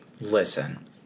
Listen